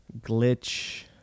glitch